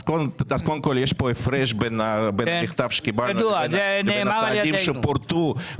קודם כול יש פה הפרש בין המכתב שקיבלנו לבין הצעדים שפורטו.